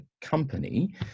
company